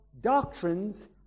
doctrines